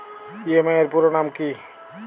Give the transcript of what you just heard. EMI এর পুরোনাম কী?